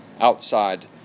outside